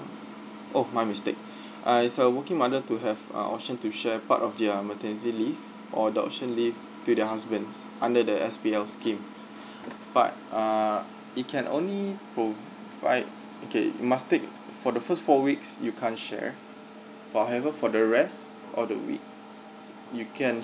oh my mistake uh it's a working mother to have uh option to share part of their maternity leave or the option leave to their husbands under that S_P_L scheme but uh it can only um right okay you must take for the first four weeks you can't share however for the rest of the week you can